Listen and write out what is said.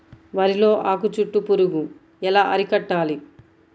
వరిలో ఆకు చుట్టూ పురుగు ఎలా అరికట్టాలి?